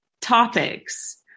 topics